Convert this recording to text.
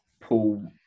pull